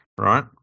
right